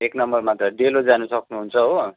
एक नम्बरमा त डेलो जानु सक्नुहुन्छ हो